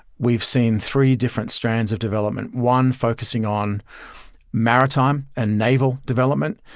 we've seen three different strands of development. one focusing on maritime and naval development.